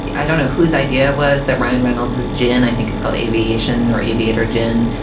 i don't know whose idea was that. ryan reynolds is jan. i think it's called aviation or aviator. jin